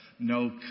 No